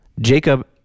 Jacob